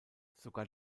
sogar